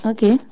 Okay